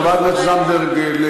כנראה אורן חזן אמר לך,